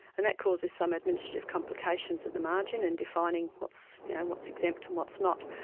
and that causes some administrative complications at the margin in defining what's yeah what's exempt and what's not.